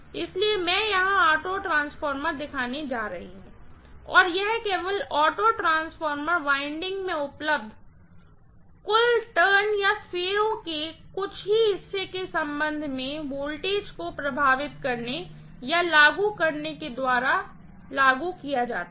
इसलिए मैं यहां ऑटो ट्रांसफार्मर दिखाने जा रही हूँ और यह केवल ऑटो ट्रांसफॉर्मर वाइंडिंग में उपलब्ध कुल टर्न के कुछ ही हिस्से के संबंध में वोल्टेज को प्रभावित करने या लागू करने के द्वारा लागू किया जाता है